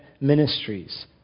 ministries